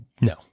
No